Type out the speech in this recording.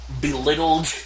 belittled